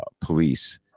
police